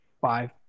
five